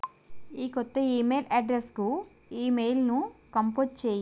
ఈ క్రొత్త ఈమెయిల్ అడ్రస్కు ఈమెయిల్ను కంపోజ్ చేయి